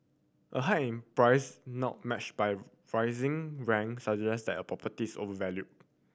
a hike in price not matched by rising rent suggest that a property's overvalued